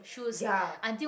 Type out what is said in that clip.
ya